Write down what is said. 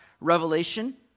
revelation